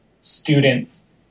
students